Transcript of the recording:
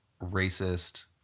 racist